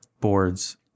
boards